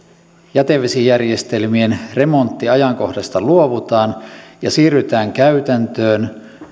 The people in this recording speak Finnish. jätevesijärjestelmien remonttiajankohdasta luovutaan ja siirrytään käytäntöön